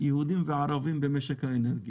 יהודים וערבים במשק האנרגיה.